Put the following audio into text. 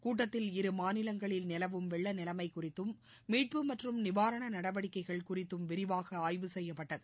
கூட்டத்தில் இரு மாநிலங்களில் நிலவும் வெள்ள நிலைமை குறித்தும் மீட்பு மற்றும் நிவாரண நடவடிக்கைகள் குறித்தும் விரிவாக ஆய்வு செய்யப்பட்டது